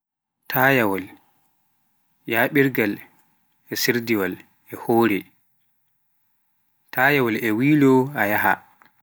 tayaawal, yaaɓirgal e sirdiwaal, e hoore, tayawaal e waylito e faa yeeso.